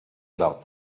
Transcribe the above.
about